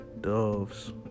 doves